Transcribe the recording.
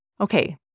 Okay